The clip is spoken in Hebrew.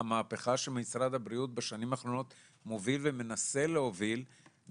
אותנו, שאנחנו מנסים לעשות את הבלתי אפשרי?